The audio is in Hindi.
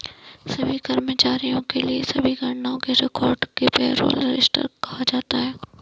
सभी कर्मचारियों के लिए सभी गणनाओं के रिकॉर्ड को पेरोल रजिस्टर कहा जाता है